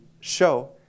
show